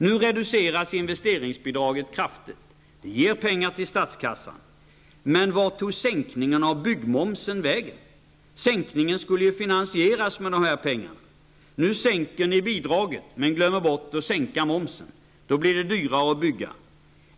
Nu reduceras investeringsbidraget kraftigt. Det ger pengar till statskassan. Men vart tog sänkningarna av byggmomsen vägen? Sänkningen skulle ju finansieras med dessa pengar. Nu sänker ni bidraget men glömmer bort att sänka momsen. Då blir det dyrare att bygga.